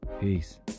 Peace